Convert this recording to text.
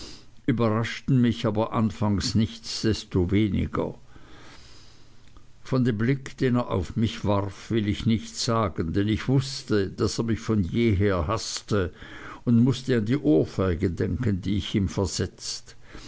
überraschten mich aber anfangs nichtsdestoweniger von dem blick den er auf mich warf will ich nichts sagen denn ich wußte daß er mich von jeher haßte und mußte an die ohrfeige denken die ich ihm versetzt